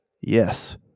Yes